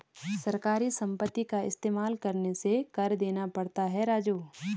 सरकारी संपत्ति का इस्तेमाल करने से कर देना पड़ता है राजू